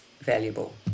valuable